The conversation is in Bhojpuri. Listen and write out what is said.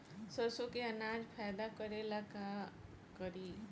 सरसो के अनाज फायदा करेला का करी?